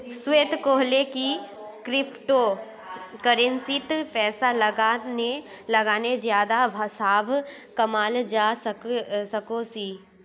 श्वेता कोहले की क्रिप्टो करेंसीत पैसा लगाले ज्यादा लाभ कमाल जवा सकोहिस